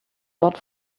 lot